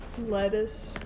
Lettuce